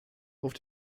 auf